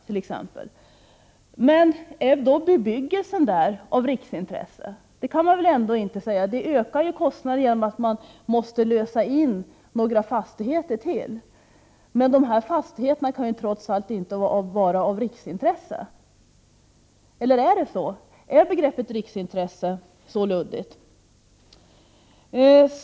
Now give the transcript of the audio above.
Men är då denna bebyggelse av riksintresse? Det kan man väl ändå inte säga. Förslaget leder till att kostnaderna ökar genom att man måste lösa in några fastigheter till, men de här fastigheterna kan ju trots allt inte vara av riksintresse. Eller är det så? Är begreppet riksintresse så luddigt?